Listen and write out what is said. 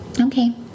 Okay